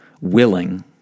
willing